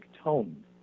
tone